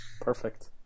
perfect